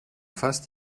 fast